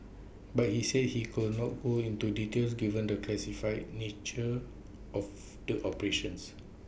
but he said he could not go into details given the classified nature of the operations